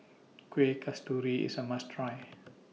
Kueh Kasturi IS A must Try